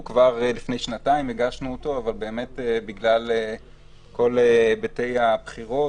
לפני שנתיים הגשנו אותו אבל בגלל כל היבטי הבחירות